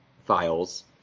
files